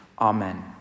Amen